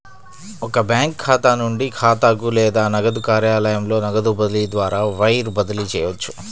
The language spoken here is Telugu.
ఒక బ్యాంకు ఖాతా నుండి ఖాతాకు లేదా నగదు కార్యాలయంలో నగదు బదిలీ ద్వారా వైర్ బదిలీ చేయవచ్చు